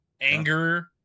anger